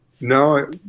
No